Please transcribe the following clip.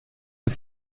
ist